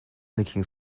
nicking